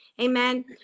amen